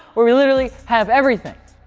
where we literally have everything.